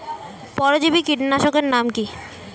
পরজীবী কীটনাশকের নাম কি?